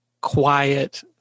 quiet